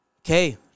Okay